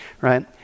right